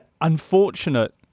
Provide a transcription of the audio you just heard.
Unfortunate